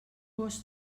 gos